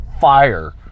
fire